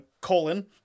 Colon